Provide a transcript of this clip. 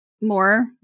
more